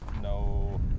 No